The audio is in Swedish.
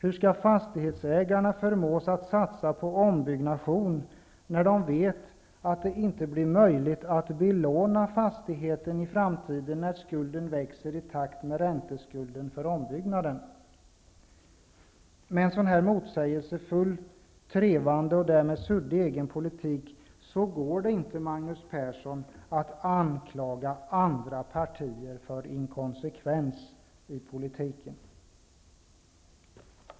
Hur skall fastighetsägarna förmås att satsa på ombyggnation, när de vet att det inte blir möjligt att belåna fastigheterna i framtiden när skulden växer i takt med ränteskulden för ombyggnaden? Med en sådan motsägelsefull, trevande och därmed suddig egen politik går det inte, Magnus Persson, att anklaga andra partier för inkonsekvens i politiken.